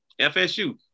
FSU